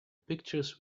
pictures